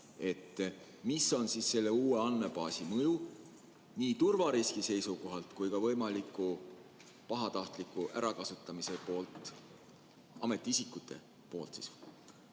mis on selle uue andmebaasi mõju nii turvariski seisukohalt kui ka võimaliku pahatahtliku ärakasutamise seisukohalt ametiisikute poolt.